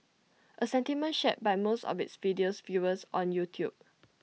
A sentiment shared by most of its video's viewers on YouTube